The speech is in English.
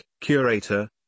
Curator